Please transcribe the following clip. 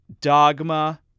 Dogma